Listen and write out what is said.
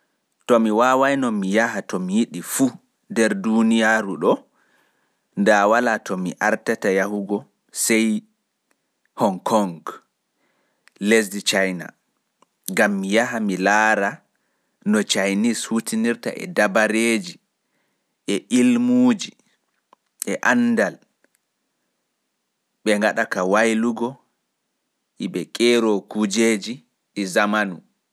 To mi waawaino mi yaha to mi yaha fuu nder duuniya nda wala to mi artata yahugo sai honkong, lesdi China. Gam mi heɓa mi yaha mi laara no Chinese waɗirta kuujeji ɗi zamanu.